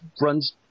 runs